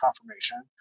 confirmation